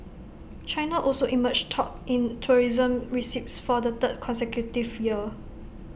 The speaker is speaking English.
China also emerged top in tourism receipts for the third consecutive year